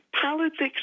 politics